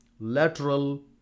lateral